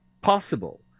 possible